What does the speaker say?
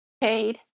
paid